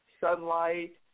sunlight